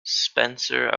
spencer